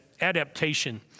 adaptation